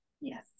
yes